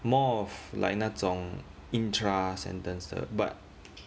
more of like 那种 intra sentence 的 but